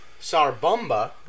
Sarbumba